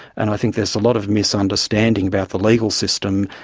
and i think there's a lot of misunderstanding about the legal system,